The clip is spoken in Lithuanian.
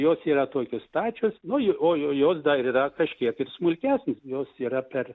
jos yra tokios stačios nu ir o jau jos dar yra kažkiek ir smulkesnės jos yra per